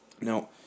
now